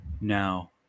Now